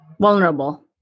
Vulnerable